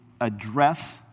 address